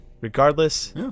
Regardless